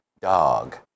dog